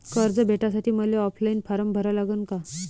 कर्ज भेटासाठी मले ऑफलाईन फारम भरा लागन का?